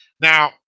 Now